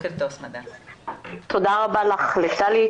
תודה רבה טלי,